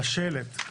לשלט.